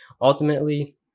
ultimately